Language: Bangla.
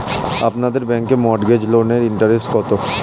আপনাদের ব্যাংকে মর্টগেজ লোনের ইন্টারেস্ট কত?